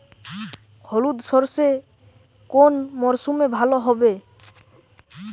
হলুদ সর্ষে কোন মরশুমে ভালো হবে?